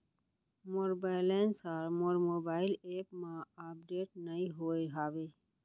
मोर balance हा मोर mobile app मा अपडेट नहीं होय हवे